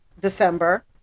December